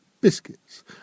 Biscuits